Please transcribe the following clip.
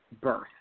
birth